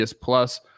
plus